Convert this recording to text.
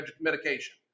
medication